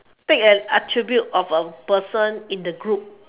take an attribute of a person in the group